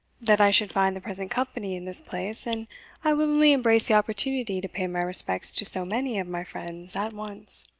that i should find the present company in this place, and i willingly embrace the opportunity to pay my respects to so many of my friends at once.